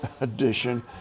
edition